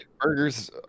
Burgers